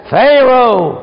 Pharaoh